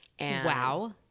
Wow